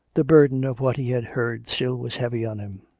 the burden of what he had heard still was heavy on him.